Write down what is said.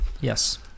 Yes